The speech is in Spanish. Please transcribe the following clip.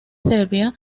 serbia